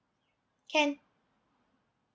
can